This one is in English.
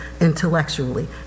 intellectually